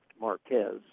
Marquez